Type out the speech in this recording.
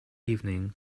evening